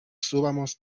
subamos